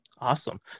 Awesome